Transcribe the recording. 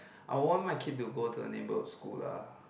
I would want my kid to go to a neighbourhood school lah